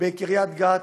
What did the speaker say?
בקריית גת